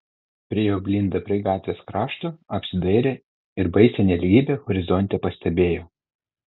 priėjo blinda prie gatvės krašto apsidairė ir baisią nelygybę horizonte pastebėjo